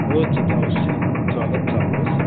हुन्छ त अवश्य स्वागत छ आउनुहोस्